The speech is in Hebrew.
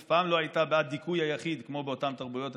אף פעם לא הייתה בעד דיכוי היחיד כמו באותן תרבויות עתיקות,